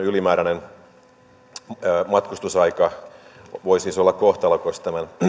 ylimääräinen matkustusaika voi siis olla kohtalokas